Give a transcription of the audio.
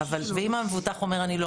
ואם המבוטח אומר אני לא?